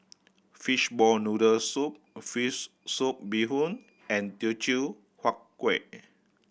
fishball noodle soup fish soup bee hoon and Teochew Huat Kuih